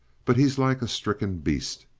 but he's like a stricken beast.